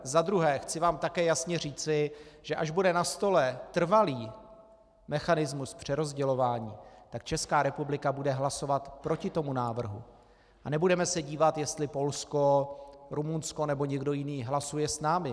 Za druhé, chci vám také jasně říci, že až bude na stole trvalý mechanismus přerozdělování, tak Česká republika bude hlasovat proti tomu návrhu a nebudeme se dívat, jestli Polsko, Rumunsko nebo někdo jiný hlasuje s námi.